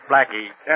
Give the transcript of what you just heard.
Blackie